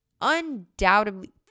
Undoubtedly